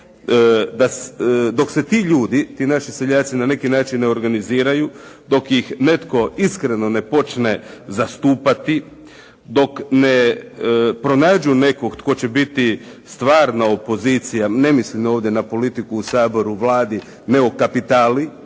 Dok se ti ljudi, ti naši seljaci na neki način ne organiziraju, dok ih netko iskreno ne počne zastupati, dok ne pronađu nekoga tko će biti stvarno opozicija, ne mislim ovdje na politiku u Saboru, Vladi, nego kapitalu